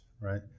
right